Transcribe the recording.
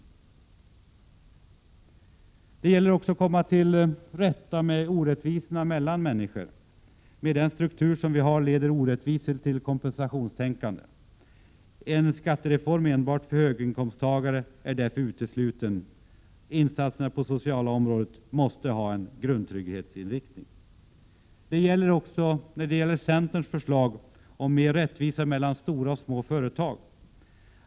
Vidare gäller det att komma till rätta med orättvisorna mellan människor. I den struktur som vi nu har finns orättvisor som leder till kompensationstänkande. En skattereform enbart för höginkomsttagare är därför utesluten. Insatserna på det sociala området måste ha en grundtrygghetsinriktning. Dessutom gäller det rättvisan — ett annat område där vi i centern också har förslag — mellan stora och små företag.